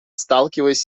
сталкиваясь